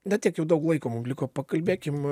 ne tiek jau daug laiko mum liko pakalbėkim